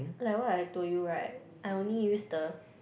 like what I told you right I only use the